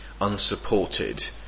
unsupported